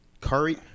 Curry